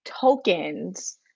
tokens